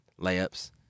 layups